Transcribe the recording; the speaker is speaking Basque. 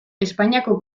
espainiako